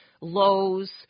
lows